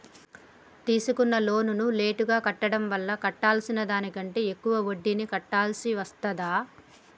తీసుకున్న లోనును లేటుగా కట్టడం వల్ల కట్టాల్సిన దానికంటే ఎక్కువ వడ్డీని కట్టాల్సి వస్తదా?